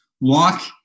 Walk